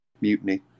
mutiny